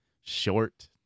Short